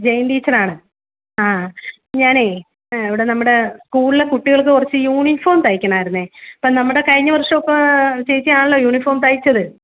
ജയൻറ്റീച്ചറാണ് ആ ഞാനേ അഹ് ഇവിടെ നമ്മുടെ സ്കൂളിലെ കുട്ടികൾക്ക് കുറച്ച് യൂണിഫോം തയ്ക്കണമായിരുന്നു അപ്പോൾ നമ്മുടെ കഴിഞ്ഞ വർഷമൊക്കെ ആഹ് ചേച്ചിയാണല്ലോ യൂണിഫോം തയ്ച്ചത്